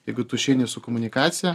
jeigu tu išeini su komunikacija